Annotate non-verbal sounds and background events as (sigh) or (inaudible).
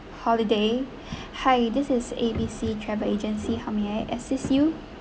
holiday (breath) hi this is A_B_C travel agency how may I assist you